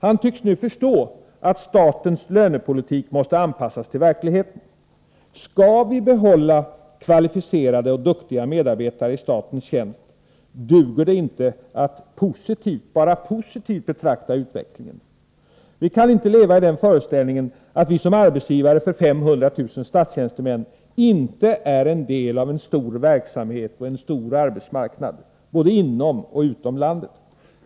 Han tycks nu förstå attstatens lönepolitik måste, anpassas till verkligheten, Skall vi behålla kvalificerade och duktiga medarbetare i statens tjänst duger det inte att barapositivt betrakta utvecklingen. Vi kaninte levai föreställningen att vi som arbetsgivare till 500 000'statstjänstemän, inte är en, del; av en, stor verksamhet och en storiarbetsmarknad. både inom och utom landet.